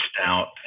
stout